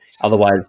otherwise